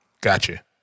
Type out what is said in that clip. Gotcha